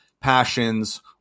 passions